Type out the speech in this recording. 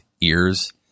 ears